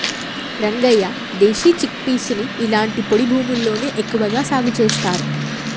రంగయ్య దేశీ చిక్పీసుని ఇలాంటి పొడి భూముల్లోనే ఎక్కువగా సాగు చేస్తారు